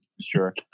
Sure